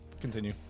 Continue